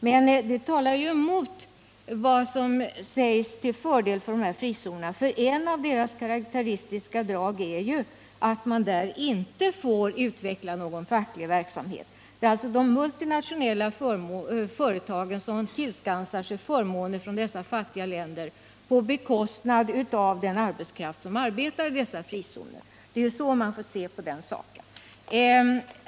Det strider emellertid mot vad herr Hernelius säger till förmån för frizonerna, för ett av deras karakteristiska drag är ju att man inom dessa zoner inte får utveckla någon facklig verksamhet. Det är alltså de multinationella företagen som tillskansar sig förmåner från de fattiga länderna på bekostnad av den arbetskraft som arbetar i dessa frizoner. Det är så man får se på den saken.